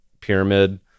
pyramid